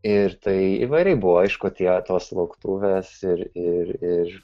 ir tai įvairiai buvo aišku tie tos lauktuves ir ir